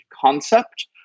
concept